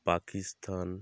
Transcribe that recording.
Pakistan